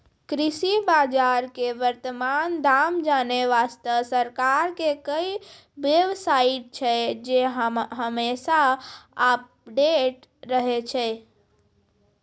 कृषि बाजार के वर्तमान दाम जानै वास्तॅ सरकार के कई बेव साइट छै जे हमेशा अपडेट रहै छै